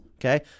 Okay